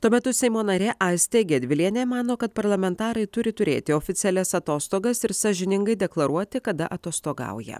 tuo metu seimo narė aistė gedvilienė mano kad parlamentarai turi turėti oficialias atostogas ir sąžiningai deklaruoti kada atostogauja